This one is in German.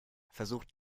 versucht